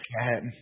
cat